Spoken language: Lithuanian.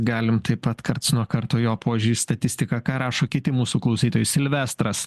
galim taip pat karts nuo karto jo požiūrį į statistiką ką rašo kiti mūsų klausytojai silvestras